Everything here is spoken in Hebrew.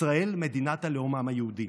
ישראל מדינת הלאום של העם היהודי.